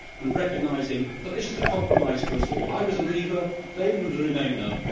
and recognising that this is a compromise for us all. i was a leaver, david was a remainer,